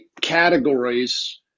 categories